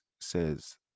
says